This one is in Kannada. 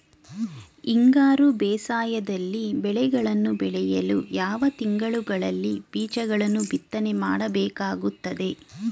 ಹಿಂಗಾರು ಬೇಸಾಯದಲ್ಲಿ ಬೆಳೆಗಳನ್ನು ಬೆಳೆಯಲು ಯಾವ ತಿಂಗಳುಗಳಲ್ಲಿ ಬೀಜಗಳನ್ನು ಬಿತ್ತನೆ ಮಾಡಬೇಕಾಗುತ್ತದೆ?